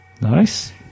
Nice